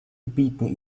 gebieten